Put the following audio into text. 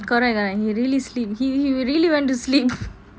correct correct he really sleep he really went to sleep